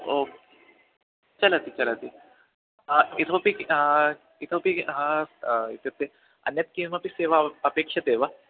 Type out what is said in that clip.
ओ चलति चलति इतोऽपि इतोऽपि हा इत्युक्ते अन्या कापि सेवा अपेक्ष्यते वा